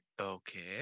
Okay